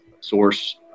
source